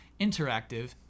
interactive